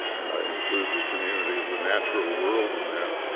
and i include the community of the natural world in that.